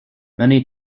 many